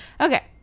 Okay